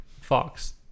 Fox